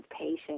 patient